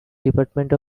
department